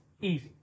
easy